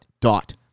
dot